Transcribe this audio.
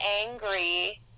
angry